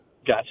Gotcha